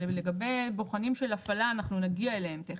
שלגבי בוחנים של הפעלה אנחנו נגיע אליהם תכף,